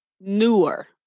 newer